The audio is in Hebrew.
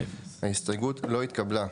0 ההסתייגות לא התקבלה.